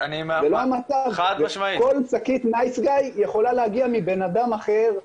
כל שקית "נייס גאי" יכולה להגיע מבן אדם אחר,